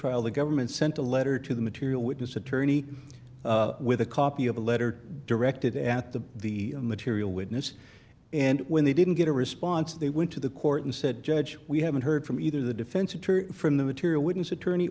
trial the government sent a letter to the material witness attorney with a copy of a letter directed at the the material witness and when they didn't get a response they went to the court and said judge we haven't heard from either the defense attorney or from the material witness attorney